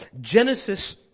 Genesis